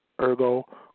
ergo